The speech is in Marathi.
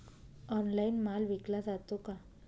ऑनलाइन माल विकला जातो का?